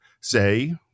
say